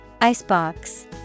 Icebox